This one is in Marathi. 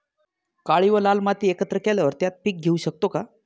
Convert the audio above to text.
काळी व लाल माती एकत्र केल्यावर त्यात पीक घेऊ शकतो का?